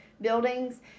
buildings